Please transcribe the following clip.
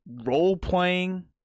role-playing